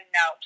no